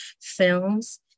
films